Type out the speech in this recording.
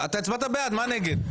אתה הצבעת בעד, מה נגד?